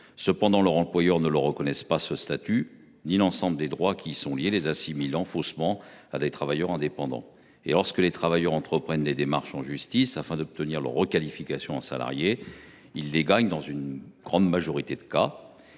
Cependant, leurs employeurs ne leur reconnaissent pas ce statut ni l’ensemble des droits qui y sont associés, les assimilant faussement à des travailleurs indépendants. Pourtant, lorsque des travailleurs entreprennent une démarche en justice afin d’obtenir leur requalification comme salariés, ils gagnent dans la grande majorité des cas.